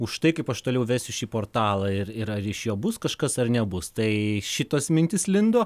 už tai kaip aš toliau vesiu šį portalą ir ir ar iš jo bus kažkas ar nebus tai šitos mintys lindo